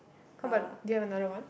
how about do you have another one